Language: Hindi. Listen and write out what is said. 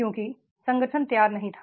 क्योंकि संगठन तैयार नहीं था